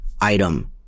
item